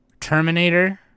Terminator